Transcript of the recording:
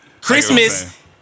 Christmas